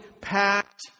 packed